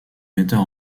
metteur